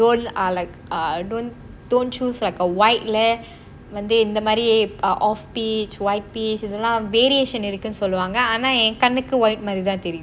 don't ah like ah don't don't choose like a white ல வந்து இந்த மாதிரி:la vanthu into maathiri off peach white peach இதலாம் இருக்குனு சொல்வாங்க ஆனா என் கண்ணுக்கு:ithalaam irukkunnu solvaanga aanaa en kanukku white மாதிரி தான் தெரியுது:maathiri than theriyuthu